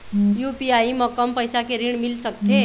UPI म कम पैसा के ऋण मिल सकथे?